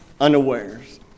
unawares